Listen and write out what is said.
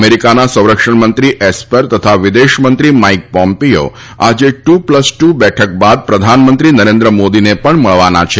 અમેરિકાના સંરક્ષણમંત્રી એસ્પર તથા વિદેશમંત્રી માઇક પોમ્પીઓ આજે ટૂ પ્લસ ટૂ બેઠક બાદ પ્રધાનમંત્રી નરેન્વ્વ મોદીને પણ મળવાના છે